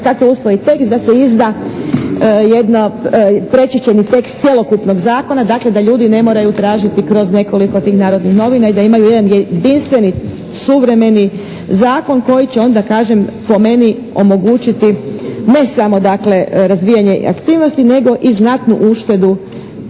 kad se usvoji tekst da se izda jedno prečišćeni tekst cjelokupnog zakona, da ljudi ne moraju tražiti kroz nekoliko tih "Narodnih novina" i da imaju jedan jedinstveni, suvremeni zakon koji će onda kažem po meni omogućiti ne samo razvijanje aktivnosti nego i znatnu uštedu